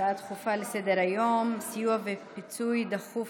הצעה דחופה לסדר-היום: סיוע ופיצוי דחוף